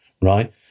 right